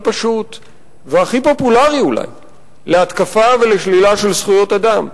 פשוט והכי פופולרי להתקפה ולשלילה של זכויות אדם.